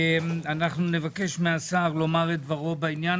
אנחנו נבקש מהשר לומר את דברו בעניין